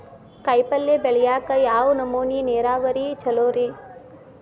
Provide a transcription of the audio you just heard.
ಕಾಯಿಪಲ್ಯ ಬೆಳಿಯಾಕ ಯಾವ್ ನಮೂನಿ ನೇರಾವರಿ ಛಲೋ ರಿ?